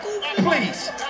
Please